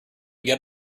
you